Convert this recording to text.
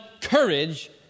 courage